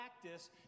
Practice